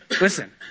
Listen